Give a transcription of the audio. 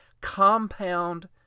compound